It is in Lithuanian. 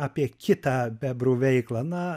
na apie kitą bebrų veiklą na